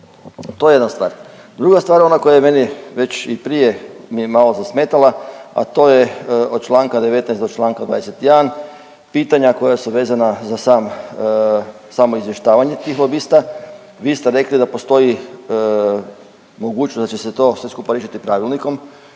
To je jedna stvar. Druga stvar ona koja je meni već i prije mi je malo zasmetala, a to je od čl. 19 do čl. 21, pitanja koja su vezana za sam, samo izvještavanje tih lobista, vi ste rekli da postoji mogućnost da će se sve to skupa riješiti pravilnikom,